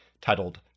titled